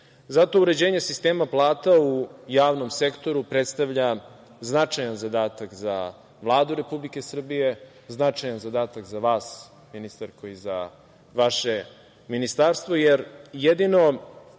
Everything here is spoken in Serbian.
Zato uređenje sistema plata u javnom sektoru predstavlja značajan zadatak za Vladu Republike Srbije, značajan zadatak za vas ministarko i za vaše ministarstvo, jer jedino